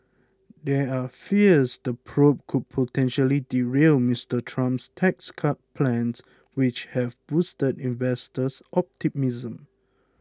there are fears the probe could potentially derail Mister Trump's tax cut plans which have boosted investors optimism